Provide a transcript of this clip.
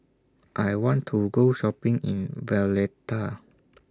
I want to Go Shopping in Valletta